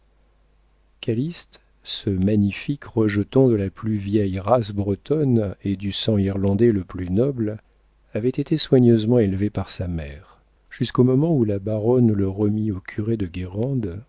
calyste ce magnifique rejeton de la plus vieille race bretonne et du sang irlandais le plus noble avait été soigneusement élevé par sa mère jusqu'au moment où la baronne le remit au curé de